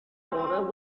border